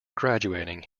graduating